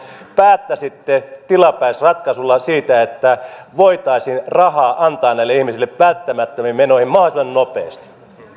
päättäisitte tilapäisratkaisulla siitä että voitaisiin rahaa antaa näille ihmisille välttämättömiin menoihin mahdollisimman nopeasti